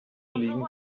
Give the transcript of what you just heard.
liegen